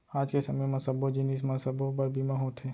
आज के समे म सब्बो जिनिस म सबो बर बीमा होवथे